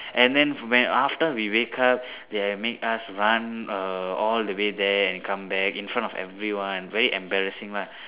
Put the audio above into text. and then when after we wake up they make us run err all the way there and come back in front of everyone very embarrassing lah